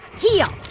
heel.